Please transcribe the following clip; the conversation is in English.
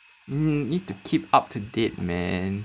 mm need to keep up to date man